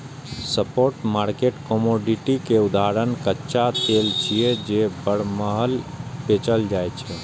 spot market commodity के उदाहरण कच्चा तेल छियै, जे बरमहल बेचल जाइ छै